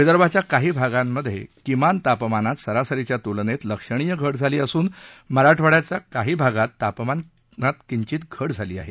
विदर्भाच्या काही भागात किमान तापमानात सरासरीच्या तुलनेत लक्षणीय घट झाली असून मराठवाङ्याच्या काही भागात तापमानात किंचित घट झाली आहे